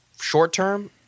short-term